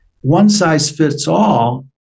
one-size-fits-all